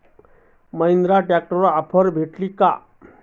महिंद्रा ट्रॅक्टरवर ऑफर भेटेल का?